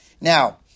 Now